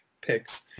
picks